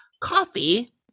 coffee